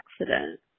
accident